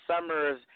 Summers